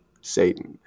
Satan